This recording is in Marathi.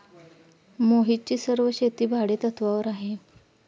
मोहितची सर्व शेती भाडेतत्वावर आहे